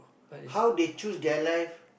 how they choose their life